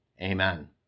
Amen